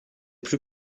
plus